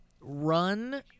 run